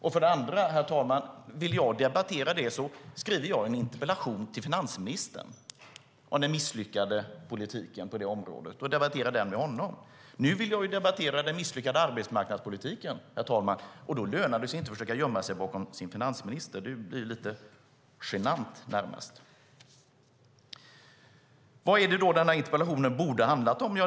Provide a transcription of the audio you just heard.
Och för det andra är det så att om jag vill debattera det skriver jag en interpellation till finansministern om den misslyckade politiken på detta område och debatterar den med honom. Nu vill jag debattera den misslyckade arbetsmarknadspolitiken. Då lönar det sig inte att arbetsmarknadsministern försöker gömma sig bakom sin finansminister. Det blir närmast lite genant. Vad borde då denna interpellation ha handlat om?